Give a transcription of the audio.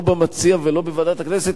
לא במציע ולא בוועדת הכנסת,